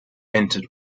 entered